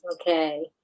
Okay